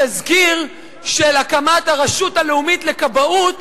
התזכיר של הקמת הרשות הלאומית לכבאות